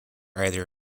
either